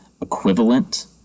equivalent